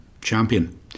champion